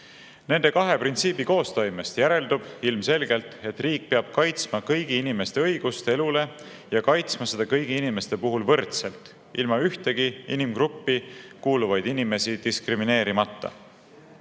Nende kahe printsiibi koostoimest järeldub ilmselgelt, et riik peab kaitsma kõigi inimeste õigust elule ja kaitsma seda kõigi inimeste puhul võrdselt, ilma ühtegi inimgruppi kuuluvaid inimesi diskrimineerimata. Ometi